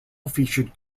featured